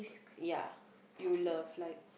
ya you love like